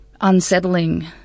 unsettling